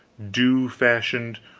dew-fashioned,